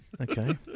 Okay